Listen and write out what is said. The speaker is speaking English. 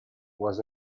was